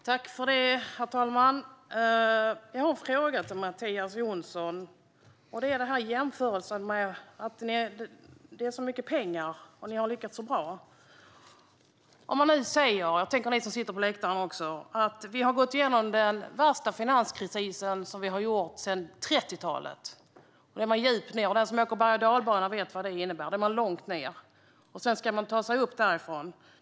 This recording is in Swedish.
Herr talman! Jag har en fråga till dig, Mattias Jonsson. Det gäller din jämförelse, att det är så mycket pengar och att ni har lyckats så bra. Vi har - och jag riktar mig även till er som sitter på läktaren - gått igenom den värsta finanskrisen sedan 30-talet. Den var djup, och den som åker bergochdalbana vet vad det innebär: Man är långt ned, och sedan ska man ta sig upp därifrån.